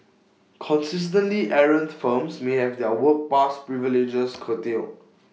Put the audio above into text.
consistently errant firms may have their work pass privileges curtailed